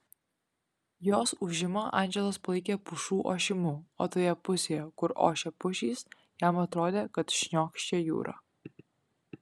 jos ūžimą andželas palaikė pušų ošimu o toje pusėje kur ošė pušys jam atrodė kad šniokščia jūra